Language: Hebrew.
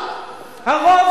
הרוב,